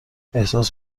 احساس